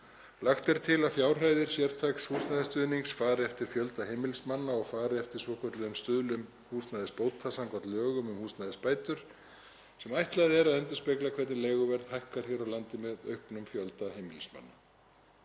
Lagt er til að fjárhæðir sértæks húsnæðisstuðnings fari eftir fjölda heimilismanna og fari eftir svokölluðum stuðlum húsnæðisbóta samkvæmt lögum um húsnæðisbætur sem ætlað er að endurspegla hvernig leiguverð hækkar hér á landi með auknum fjölda heimilismanna.